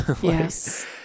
Yes